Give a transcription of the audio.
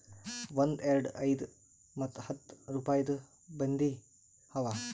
ಒಂದ್, ಎರಡು, ಐಯ್ದ ಮತ್ತ ಹತ್ತ್ ರುಪಾಯಿದು ಬಂದಿ ಅವಾ